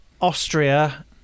Austria